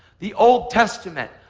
the old testament,